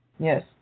Yes